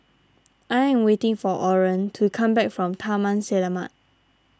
I am waiting for Orren to come back from Taman Selamat